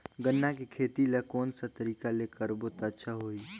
गन्ना के खेती ला कोन सा तरीका ले करबो त अच्छा होही?